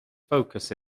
focus